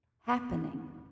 happening